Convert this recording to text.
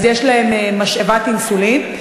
יש משאבת אינסולין.